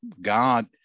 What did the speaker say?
God